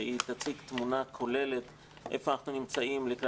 שהיא תציג תמונה כוללת איפה אנחנו נמצאים לקראת